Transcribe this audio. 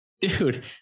dude